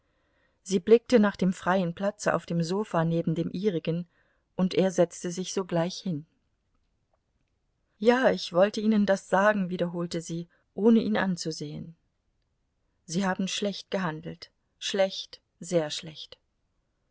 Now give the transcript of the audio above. sie blickte nach dem freien platze auf dem sofa neben dem ihrigen und er setzte sich sogleich hin ja ich wollte ihnen das sagen wiederholte sie ohne ihn anzusehen sie haben schlecht gehandelt schlecht sehr schlecht